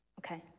Okay